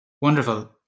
Wonderful